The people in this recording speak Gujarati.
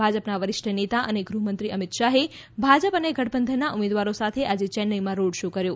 ભાજપના વરિષ્ઠ નેતા અને ગૃહમંત્રી અમિત શાહે ભાજપ અને ગઠબંધનના ઉમેદવારો સાથે આજે ચેન્નાઇમાં રોડ શો કર્યો